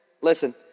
listen